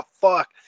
fuck